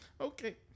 Okay